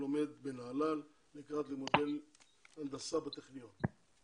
לומד בנהלל לקראת לימודי הנדסה בטכניון.